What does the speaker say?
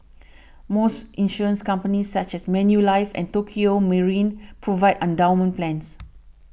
most insurance companies such as Manulife and Tokio Marine provide endowment plans